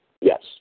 Yes